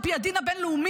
על פי הדין הבין-לאומי,